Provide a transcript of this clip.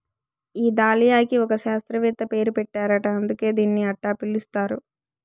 ఈ దాలియాకి ఒక శాస్త్రవేత్త పేరు పెట్టారట అందుకే దీన్ని అట్టా పిలుస్తారు